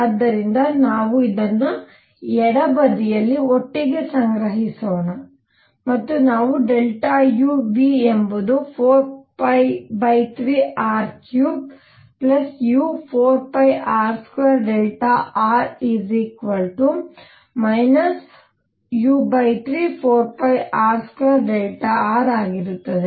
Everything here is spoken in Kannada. ಆದ್ದರಿಂದ ನಾವು ಇದನ್ನು ಎಡಬದಿಯಲ್ಲಿ ಒಟ್ಟಿಗೆ ಸಂಗ್ರಹಿಸೋಣ ಮತ್ತು ನಾವು u Vಎಂಬುದು 4π3r3u4πr2r u34πr2r ಆಗಿರುತ್ತದೆ